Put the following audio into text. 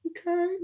Okay